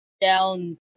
down